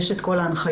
יש את כל ההנחיות.